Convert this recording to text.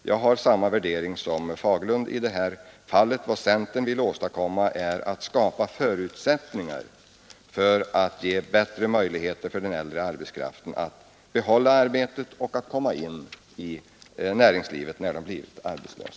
Jag har samma värdering som herr Fagerlund i det här fallet. Vad centern vill åstadkomma är att förutsättningar skapas för att ge bättre möjligheter för den äldre arbetskraften att behålla arbetet och att komma in i näringslivet när den blivit arbetslös.